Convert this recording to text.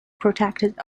protected